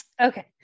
Okay